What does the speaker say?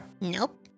Nope